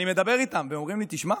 אני מדבר איתם, והם אומרים לי: תשמע,